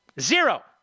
Zero